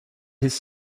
his